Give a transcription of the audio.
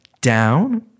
down